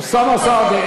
אוסאמה סעדי,